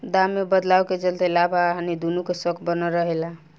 दाम में बदलाव के चलते लाभ आ हानि दुनो के शक बनल रहे ला